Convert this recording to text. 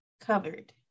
covered